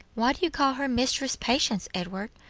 why do you call her mistress patience, edward?